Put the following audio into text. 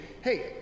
hey